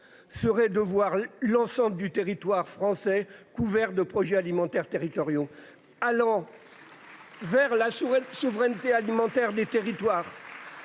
Serait de voir l'ensemble du territoire français. Couvert de projets alimentaires territoriaux allant. Vers la souveraine souveraineté alimentaire des territoires.